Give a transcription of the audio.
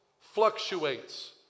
fluctuates